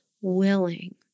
willing